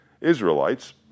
Israelites